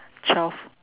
twelve